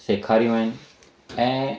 सेखारियूं आहिनि ऐं